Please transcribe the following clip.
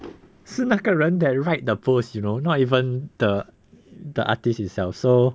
是那个人 that write the post you know not even the the artist itself so